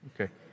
Okay